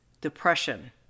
Depression